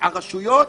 הרשויות